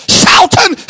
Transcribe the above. shouting